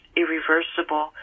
irreversible